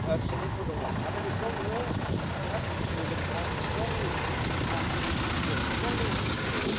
ट्रेनिंफोर दङ नाथाय बेफ्राव नोङो नोंहा फिजिकेलिबो नोंहा स्ट्रंलि नोंहा माखासे स्ट्रंलि नोंहा फिजिकेल